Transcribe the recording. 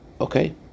Okay